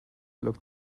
looked